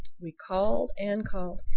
we called and called.